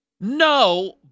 No